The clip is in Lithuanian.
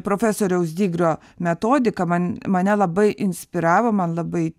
profesoriaus digrio metodika man mane labai inspiravo man labai